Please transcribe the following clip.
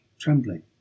trembling